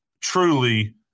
truly